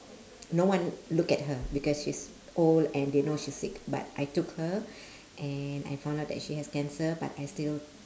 no one look at her because she's old and they know she's sick but I took her and I found out that she has cancer but I still